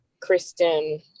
Kristen